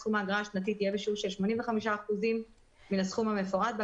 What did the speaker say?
סכום האגרה השנתית יהיה בשיעור של 85% מן הסכום המפורט בה,